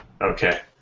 Okay